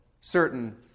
certain